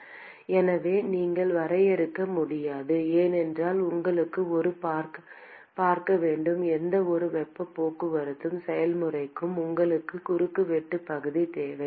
மாணவர் எனவே நீங்கள் வரையறுக்க முடியாது ஏனென்றால் உங்களுக்கு ஒரு பார்க்க வேண்டும் எந்தவொரு வெப்பப் போக்குவரத்து செயல்முறைக்கும் உங்களுக்கு குறுக்கு வெட்டு பகுதி தேவை